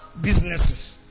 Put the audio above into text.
businesses